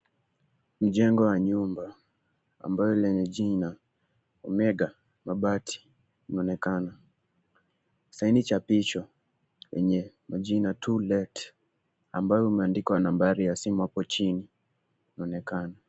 Mjengo wa nyumba ambayo lenye jina omega mabati linaonekana. Saini cha picha yenye majina to let ambayo imeandikwa na nambari ya simu hapo chini inaonekana.